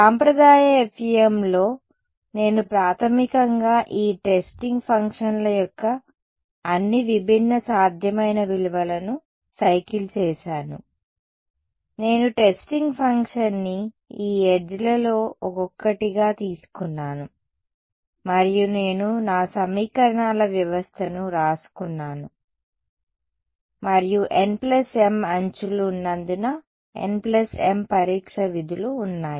సాంప్రదాయ FEMలో నేను ప్రాథమికంగా ఈ టెస్టింగ్ ఫంక్షన్ల యొక్క అన్ని విభిన్న సాధ్యమైన విలువలను సైకిల్ చేసాను నేను టెస్టింగ్ ఫంక్షన్ని ఈ ఎడ్జ్లలో ఒక్కొక్కటిగా తీసుకున్నాను మరియు నేను నా సమీకరణాల వ్యవస్థను వ్రాసుకున్నాను మరియు nm అంచులు ఉన్నందున nm పరీక్ష విధులు ఉన్నాయి